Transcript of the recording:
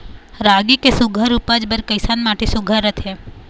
रागी के सुघ्घर उपज बर कैसन माटी सुघ्घर रथे?